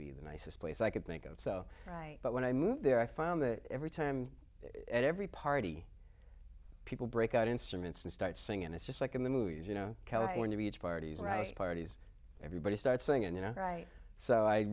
be the nicest place i could think of so right but when i moved there i found that every time every party people break out instruments and start singing it's just like in the movies you know california beach parties and parties everybody starts singing you know right so i